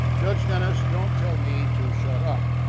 judge dennis, don't tell me to shut up.